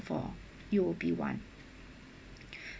for U_O_B one